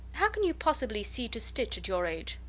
how can you possibly see to stitch at your age?